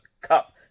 Cup